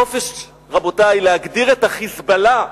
חופש, רבותי, להגדיר את ה"חיזבאללה".